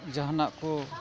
ᱡᱟᱦᱟᱱᱟᱜ ᱠᱚ